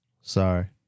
sorry